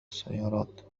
السيارات